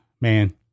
man